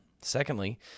Secondly